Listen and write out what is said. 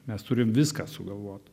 mes turim viską sugalvot